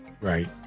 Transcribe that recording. Right